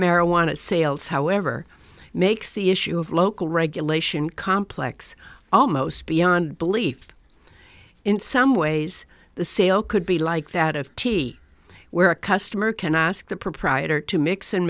marijuana sales however makes the issue of local regulation complex almost beyond belief in some ways the sale could be like that of t where a customer can ask the proprietor to mix and